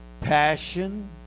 passion